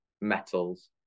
metals